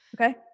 Okay